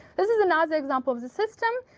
this is another example of the system.